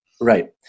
Right